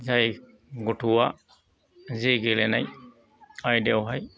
जाय गथ'आ जे गेलेनाय आयदायावहाय